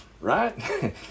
Right